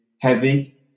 heavy